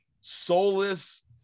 soulless